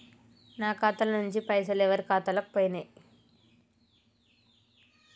నా ఖాతా ల నుంచి పైసలు ఎవరు ఖాతాలకు పోయినయ్?